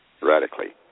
radically